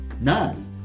None